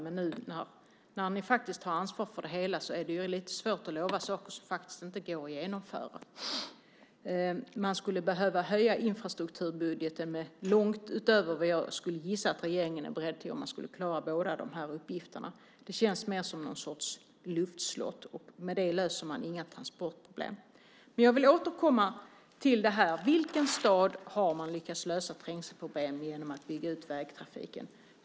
Men nu när ni har ansvar för det hela är det lite svårare att lova saker som inte går att genomföra. Man skulle behöva öka infrastrukturbudgeten med långt utöver vad jag skulle gissa att regeringen är beredd till för att klara båda dessa uppgifter. Det känns som någon sorts luftslott. Med det löser man inga transportproblem. Jag vill återkomma till frågan. I vilken stad har man lyckats lösa trängselproblemen genom att bygga ut vägtrafiken?